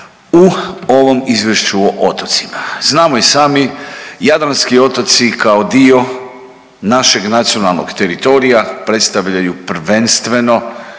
u ovom izvješću o otocima. Znamo i sami jadranski otoci kao dio našeg nacionalnog teritorija predstavljaju prvenstveno